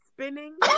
spinning